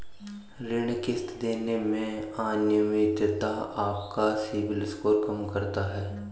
ऋण किश्त देने में अनियमितता आपका सिबिल स्कोर कम करता है